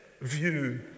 view